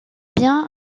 bien